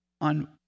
on